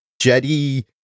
Jetty